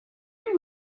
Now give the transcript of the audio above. and